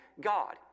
God